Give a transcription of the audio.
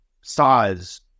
size